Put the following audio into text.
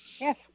Yes